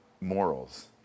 morals